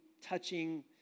touching